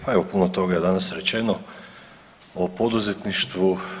Pa evo, puno toga je danas rečeno o poduzetništvu.